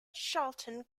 charlton